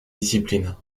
discipline